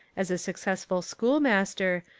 as a success ful schoolmaster,